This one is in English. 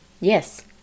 Yes